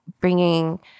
bringing